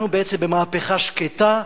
אנחנו בעצם במהפכה שקטה,